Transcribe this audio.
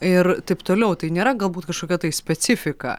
ir taip toliau tai nėra galbūt kažkokia tai specifika